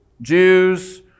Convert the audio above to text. Jews